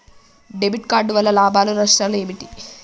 Debit card వల్ల లాభాలు నష్టాలు ఏమిటి?